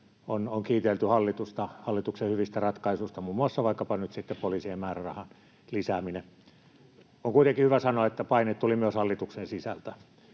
hallitusta hallituksen hyvistä ratkaisuista, muun muassa vaikkapa nyt sitten poliisien määrärahan lisäämisestä, on kuitenkin hyvä sanoa, että paineita tuli myös hallituksen sisältä.